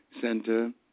Center